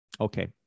okay